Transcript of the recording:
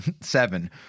seven